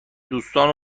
دوستان